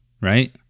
right